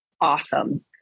awesome